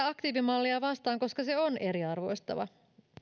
aktiivimallia vastaan koska se on eriarvoistava